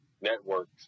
networks